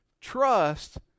Trust